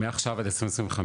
מעכשיו עד 2025,